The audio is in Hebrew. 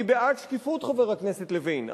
אני בעד שקיפות, חבר הכנסת לוין.